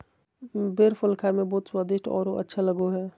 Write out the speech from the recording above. बेर फल खाए में बहुत स्वादिस्ट औरो अच्छा लगो हइ